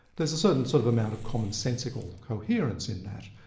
there's a certain sort of amount of commonsensical coherence in that.